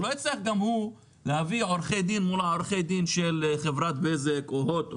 הוא לא יצטרך להביא עורכי דין מול עורכי דין של חברת בזק או הוט.